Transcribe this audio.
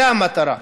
זה המטרה,